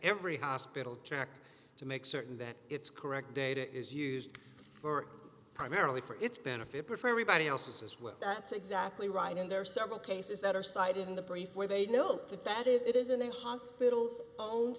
every hospital check to make certain that it's correct data is used for primarily for its benefit prefer everybody else's as well that's exactly right and there are several cases that are cited in the brief where they note that it is in the hospitals own